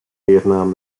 vietnam